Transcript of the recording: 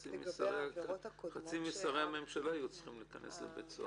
חצי משרי הממשלה היו צריכים להיכנס לבית סוהר.